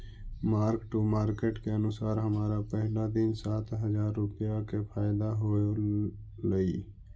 mark to market के अनुसार हमरा पहिला दिन सात हजार रुपईया के फयदा होयलई